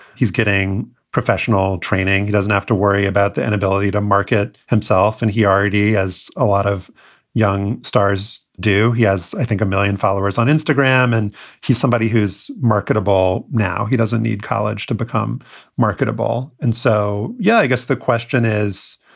he's getting professional training. he doesn't have to worry about the inability to market himself. and he already has a lot of young stars do he has, i think, a million followers on instagram and he's somebody who's marketable now. he doesn't need college to become marketable. and so, yeah, i guess the question is,